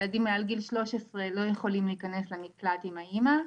ילדים מעל גיל 13 לא יכולים להיכנס למקלט עם האמא.